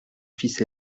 fils